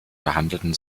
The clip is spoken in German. behandeln